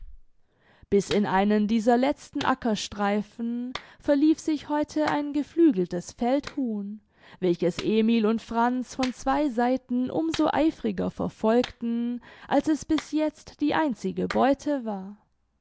bis in einen dieser letzten ackerstreifen verlief sich heute ein geflügeltes feldhuhn welches emil und franz von zwei seiten um so eifriger verfolgten als es bis jetzt die einzige beute war